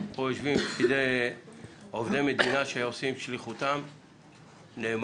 פה יושבים עובדי מדינה שעושים שליחותם נאמנה,